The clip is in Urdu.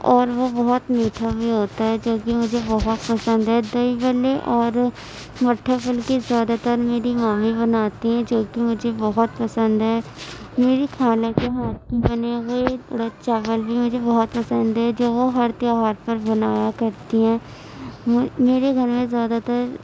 اور وہ بہت میٹھا بھی ہوتا ہے جو کہ مجھے بہت پسند ہے دہی بھلے اور مٹھا پھلکی زیادہ تر میری ماں ہی بناتی ہیں جو کہ مجھے بہت پسند ہے میری خالہ کے ہاتھ کی بنے ہوئے ارد چاول بھی مجھے بہت پسند ہے جو وہ ہر تہوار پر بنایا کرتی ہیں میرے گھر میں زیادہ تر